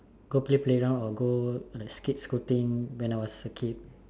go play playground or go like skate scooting when I was a kid